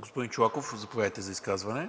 Господин Чолаков, заповядайте за изказване.